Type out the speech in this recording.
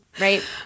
right